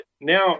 now